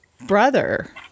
brother